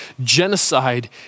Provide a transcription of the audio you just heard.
genocide